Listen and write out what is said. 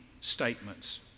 statements